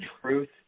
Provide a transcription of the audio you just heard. truth